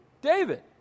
David